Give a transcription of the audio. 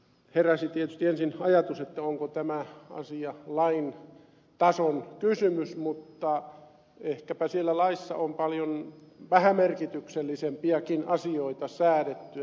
heräsi tietysti ensin ajatus onko tämä asia lain tason kysymys mutta ehkäpä siellä laissa eli lain tasolla on paljon vähämerkityksellisempiäkin asioita säädetty